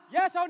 Yes